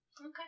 Okay